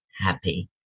happy